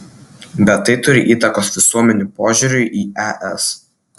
bet tai turi įtakos visuomenių požiūriui į es